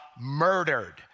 murdered